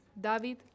David